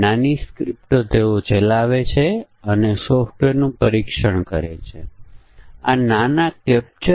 કારણ effect graph એ સંકેતોનો સમૂહ છે કે જેના દ્વારા એક સમસ્યાને આપણે કારણ ઇફેક્ટ ગ્રાફના સ્વરૂપમાં દર્શાવી શકીએ